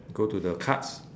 go to the cards